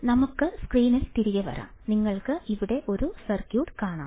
അതിനാൽ നമുക്ക് സ്ക്രീനിൽ തിരികെ വരാം നിങ്ങൾക്ക് ഇവിടെ ഒരു സർക്യൂട്ട് കാണാം